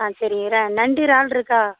ஆ சரி நண்டு இறால் இருக்கா